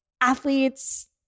athletes